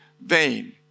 vain